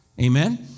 Amen